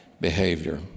behavior